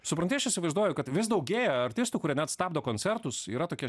supranti aš įsivaizduoju kad vis daugėja artistų kurie net stabdo koncertus yra tokia